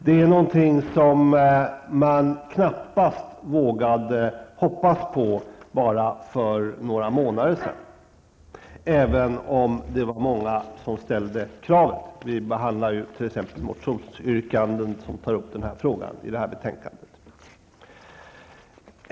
Det är något som man knappast vågade hoppas på bara för några månader sedan, även om det var många som ställde det kravet; vi behandlar ju t.ex. i detta betänkande motionsyrkanden som tar upp den frågan.